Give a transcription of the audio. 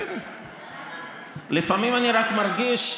איפה החברים שלך פה?